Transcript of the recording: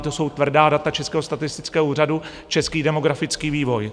To jsou tvrdá data Českého statistického úřadu, český demografický vývoj.